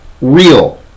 real